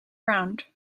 around